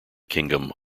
kingdom